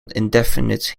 indefinite